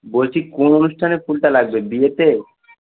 বলছি কোন অনুষ্ঠানে ফুলটা লাগবে বিয়েতে